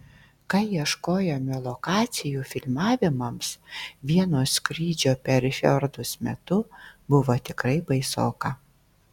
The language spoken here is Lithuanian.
kai ieškojome lokacijų filmavimams vieno skrydžio per fjordus metu buvo tikrai baisoka